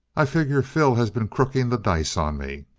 i figure phil has been crooking the dice on me.